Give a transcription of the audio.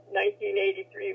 1983